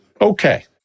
Okay